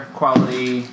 quality